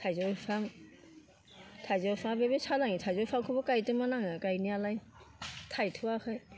थाइजौ बिफां थाइजौ बिफांआबो बे सामायो थाइजौ बिफांखौबो गायदोंमोन आङो गायनायालाय थायथ'वाखै